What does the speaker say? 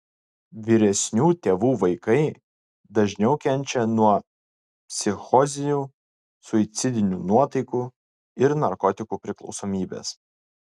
vyresnių tėvų vaikai dažniau kenčia nuo psichozių suicidinių nuotaikų ir narkotikų priklausomybės